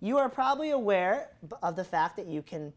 you are probably aware of the fact that you can